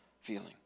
feeling